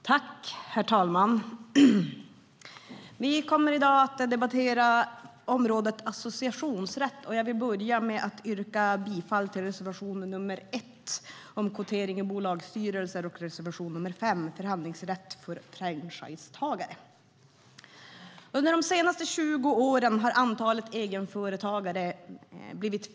Herr talman! Vi kommer nu att debattera området associationsrätt. Jag vill börja med att yrka bifall till reservation nr 1 om kvotering i bolagsstyrelser och reservation nr 5 om förhandlingsrätt för franchisetagare. Under de senaste 20 åren har antalet egenföretagare ökat.